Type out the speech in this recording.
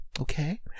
Okay